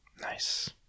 Nice